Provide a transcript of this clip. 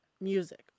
music